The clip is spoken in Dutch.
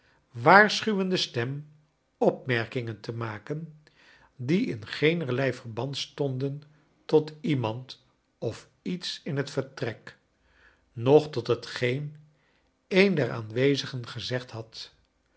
waarschuwende stem opmerkingen te maken die in geenerlei verband stonden tot iemand of lets in het vertrek noch tot hetgeen een der aanwezigen gezegd had